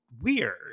weird